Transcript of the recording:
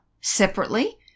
separately